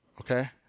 okay